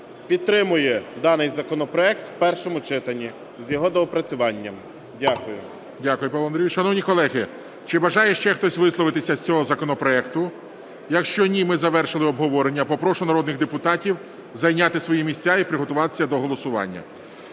підтримує даний законопроект в першому читанні з його доопрацюванням. Дякую. ГОЛОВУЮЧИЙ. Дякую, Павло Андрійович. Шановні колеги, чи бажає ще хтось висловитися з цього законопроекту? Якщо ні, ми завершили обговорення. Попрошу народних депутатів зайняти свої місця і приготуватися до голосування.